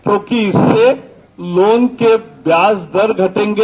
क्योंकि इससे लोन के काम पर घटेंगे